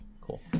Cool